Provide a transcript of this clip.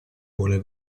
vuole